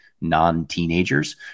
non-teenagers